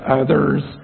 others